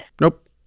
Nope